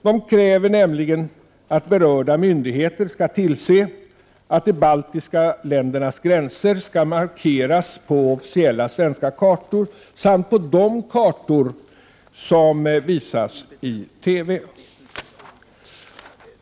De kräver nämligen att berörda myndigheter skall tillse att de baltiska ländernas gränser skall markeras på officiella svenska kartor samt på kartor som visas i TV.